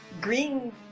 green